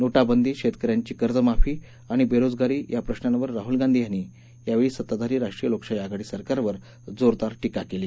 नोटाबंदी शेतकऱ्यांची कर्ज माफी आणि बेरोजगारी या प्रश्नांवर राहुल यांनी यावेळी सत्ताधारी राष्ट्रीय लोकशाही आघाडी सरकारवर जोरदार टीका केली